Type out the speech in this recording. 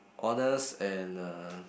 honest and uh